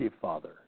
father